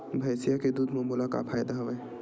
भैंसिया के दूध म मोला का फ़ायदा हवय?